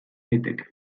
daiteke